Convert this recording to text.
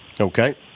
Okay